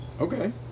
Okay